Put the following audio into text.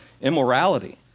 immorality